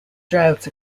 droughts